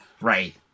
Right